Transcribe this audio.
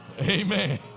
Amen